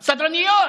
סדרניות.